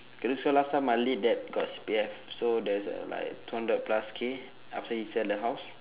K so last time my late dad got C_P_F so there's uh like two hundred plus K after he sell the house